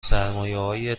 سرمایههای